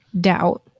doubt